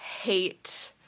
hate